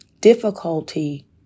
difficulty